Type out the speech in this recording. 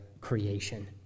creation